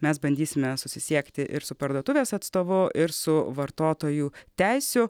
mes bandysime susisiekti ir su parduotuvės atstovu ir su vartotojų teisių